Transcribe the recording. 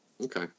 Okay